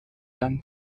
dann